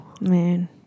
Man